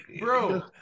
bro